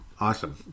Awesome